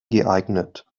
geeignet